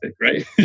right